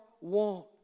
want